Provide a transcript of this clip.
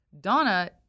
Donna